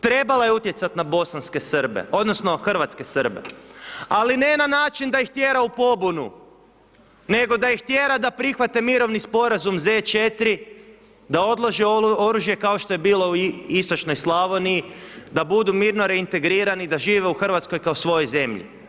Trebala je utjecati na bosanske Srbe odnosno hrvatske Srbe, ali ne na način da ih tjera u pobunu, nego da ih tjera da prihvate mirovni sporazum Z4, da odlože oružje kao što je bilo u Istočnoj Slavoniji da budu mirno reintegrirani da žive u Hrvatskoj kao svojoj zemlji.